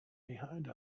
behind